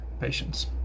patience